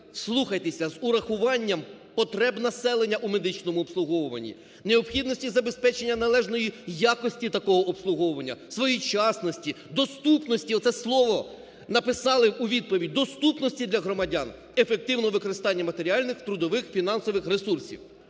вслухайтеся, – з урахуванням потреб населення у медичному обслуговуванні, необхідності забезпечення належної якості такого обслуговування, своєчасності, доступності, – оце слово написали у відповіді, – доступності для громадян, ефективного використання матеріальних, трудових, фінансових ресурсів".